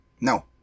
No